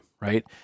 right